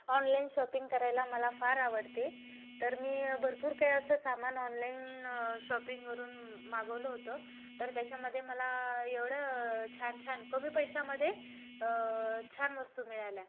online shopping करायला मला फार आवडते तर मी भरपूर काही असं सामान ऑनलाइन शॉपिंगवरून मागवलं होतं तर त्याच्यामध्ये मला एवढं छानछान कमी पैशामध्ये छान वस्तू मिळाल्या